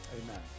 Amen